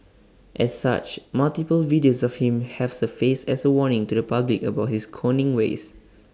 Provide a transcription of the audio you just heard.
as such multiple videos of him have surfaced as A warning to the public about his conning ways